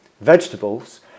vegetables